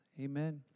Amen